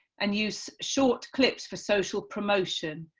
and use short clips for social promotion?